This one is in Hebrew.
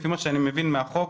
לפי מה שאני מבין מהחוק,